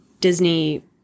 Disney